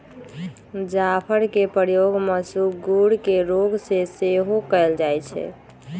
जाफरके प्रयोग मसगुर के रोग में सेहो कयल जाइ छइ